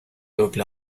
évoque